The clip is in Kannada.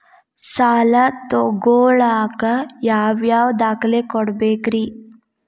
ಸಾಲ ತೊಗೋಳಾಕ್ ಯಾವ ಯಾವ ದಾಖಲೆ ಕೊಡಬೇಕ್ರಿ?